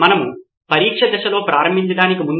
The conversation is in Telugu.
ఇది పరిష్కార దశ యొక్క ప్రదర్శన సంస్కరణము